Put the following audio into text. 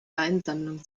weinsammlung